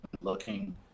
looking